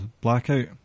blackout